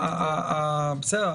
בסדר,